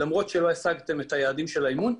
למרות שלא השגתם את היעדים של האימון,